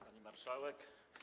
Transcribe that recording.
Pani Marszałek!